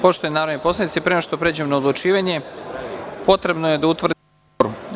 Poštovani narodni poslanici, pre nego što pređemo na odlučivanje, potrebno je da utvrdimo kvorum.